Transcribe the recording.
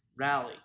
rally